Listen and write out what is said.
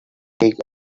big